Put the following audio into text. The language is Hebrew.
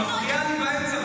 את מפריעה לי באמצע,